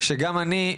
שגם אני,